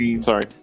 sorry